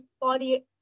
body